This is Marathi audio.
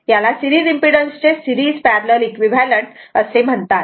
याला सिरीज इम्पेडन्स चे सिरीज पॅरलल इक्विव्हॅलंट असे म्हणतात